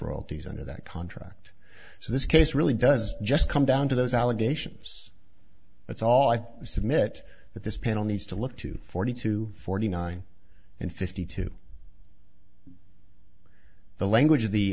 royalties under that contract so this case really does just come down to those allegations that's all i submit that this panel needs to look to forty two forty nine and fifty two the language of the